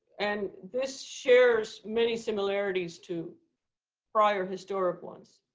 and this shares many similarities to prior historic ones.